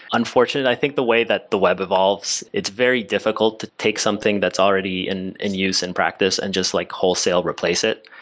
unfortunate, i think the way that the web evolves it's very difficult to take something that's already and in use in practice and just like wholesale replace it.